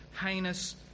heinous